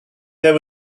there